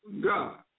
God